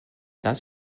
das